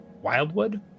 wildwood